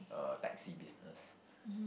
uh taxi business